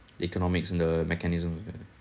economics and the mechanism